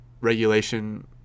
regulation